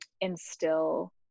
instill